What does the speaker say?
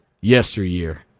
yesteryear